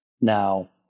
Now